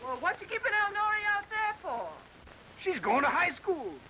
all she's going to high school